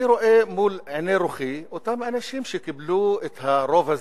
אני רואה מול עיני רוחי את אותם אנשים שקיבלו את הרוב הזה.